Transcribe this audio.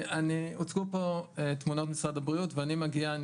הוצגה פה תמונת משרד הבריאות ואני מגיע,